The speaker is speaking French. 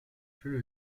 plus